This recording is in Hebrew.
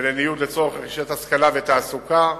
ולניוד לצורך רכישת השכלה ותעסוקה,